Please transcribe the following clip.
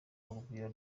urugwiro